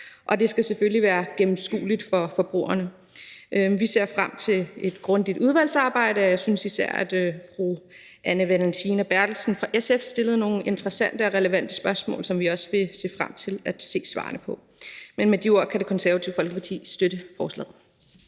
og det skal selvfølgelig være gennemskueligt for forbrugerne. Vi ser frem til et grundigt udvalgsarbejde, og jeg synes, at især fru Anne Valentina Berthelsen fra SF stillede nogle interessante og relevante spørgsmål, som vi også vil se frem til at se svarene på. Med de ord kan Det Konservative Folkeparti støtte forslaget.